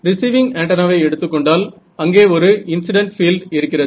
receiving ஆண்டென்னாவை எடுத்துக்கொண்டால் அங்கே ஒரு இன்சிடென்ட் பீல்ட் இருக்கிறது